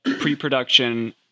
pre-production